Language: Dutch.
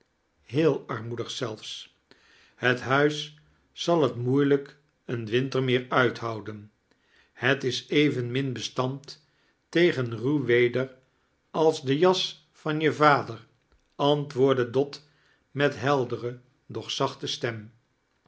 heel armoedig zelfs het huis zal het moeilijk een winter meer uithouden het is evenmin bestand tegen ruw weder als de jas van je vader antwooa-dde dot met heldere doch zachte stem